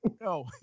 No